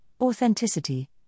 authenticity